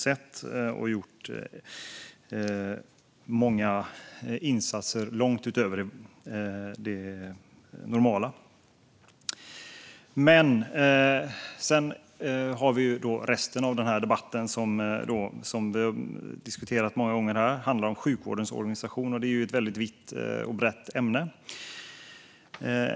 De har gjort många insatser långt utöver det normala. Sedan har vi resten av den här debatten. Den handlar om sjukvårdens organisation, som vi har diskuterat väldigt många gånger här. Det är ett väldigt vitt och brett ämne.